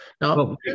Now